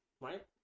right